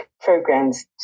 programs